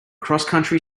crosscountry